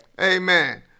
Amen